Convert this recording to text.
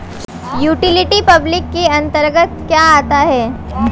Utility public के अंतर्गत क्या आता है?